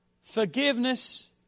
Forgiveness